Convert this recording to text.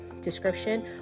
description